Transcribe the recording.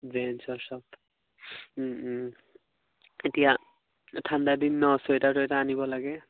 জেন্ছৰ চব এতিয়া ঠাণ্ডা দিন ন চুৱেটাৰ টুৱেটাৰ আনিব লাগে